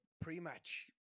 pre-match